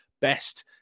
best